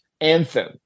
Anthem